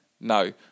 No